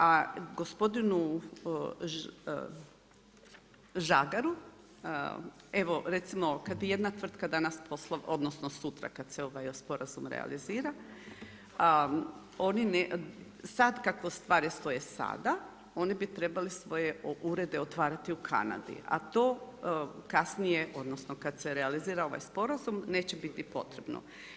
A gospodinu Žagaru, evo recimo kada bi jedna tvrtka danas odnosno sutra kada se ovaj sporazum realizira, sada kako stvari stoje oni bi trebali svoje urede otvarati u Kanadi, a to kasnije odnosno kada se realizira ovaj sporazum neće biti potrebno.